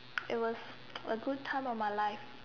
it was a good time of my life